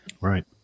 Right